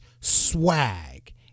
swag